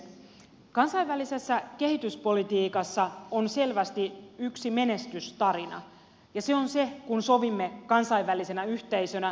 kansainvälisessä kehityspolitiikassa on selvästi yksi menestystarina ja se on se kun sovimme kansainvälisenä yhteisönä vuosituhattavoitteista